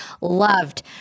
loved